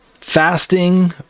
fasting